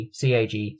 CAG